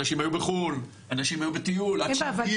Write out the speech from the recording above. אנשים היו בחוץ לארץ, אנשים היו בטיול, עד שהגיעו.